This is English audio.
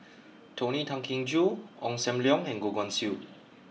Tony Tan Keng Joo Ong Sam Leong and Goh Guan Siew